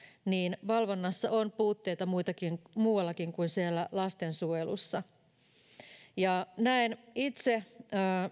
niin valvonnassa on puutteita muuallakin kuin siellä lastensuojelussa näen itse